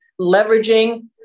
leveraging